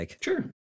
Sure